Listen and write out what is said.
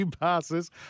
passes